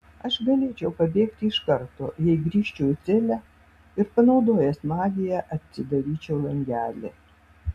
aš galėčiau pabėgti iš karto jei grįžčiau į celę ir panaudojęs magiją atsidaryčiau langelį